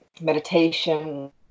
Meditation